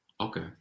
Okay